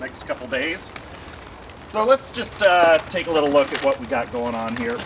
next couple days so let's just take a little look at what we've got going on here